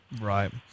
Right